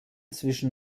zwischen